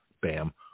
Bam